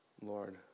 Lord